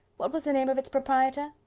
what was the name of its proprietor?